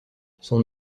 son